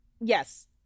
yes